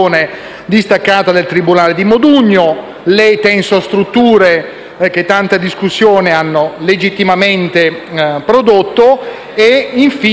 distaccata del tribunale di Modugno, le tensostrutture, che tanta discussione hanno legittimamente prodotto. Infine,